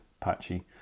patchy